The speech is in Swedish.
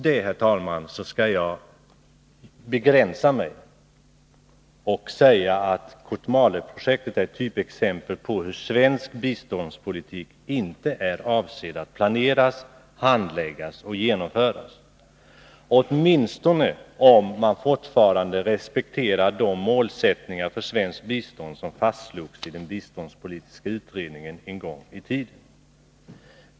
Jag skall emellertid begränsa mig och säga följande: Kotmaleprojektet är ett typexempel på hur svensk biståndspolitik inte är avsedd att planeras, handläggas och genomföras — åtminstone om man fortfarande respekterar de målsättningar för svenskt bistånd som fastslogs i den biståndspolitiska utredningen en gång i tiden.